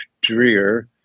drear